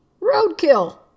Roadkill